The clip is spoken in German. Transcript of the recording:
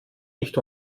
nicht